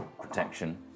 protection